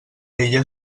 ella